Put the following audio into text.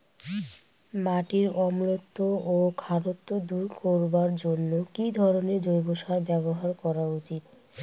মাটির অম্লত্ব ও খারত্ব দূর করবার জন্য কি ধরণের জৈব সার ব্যাবহার করা উচিৎ?